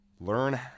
learn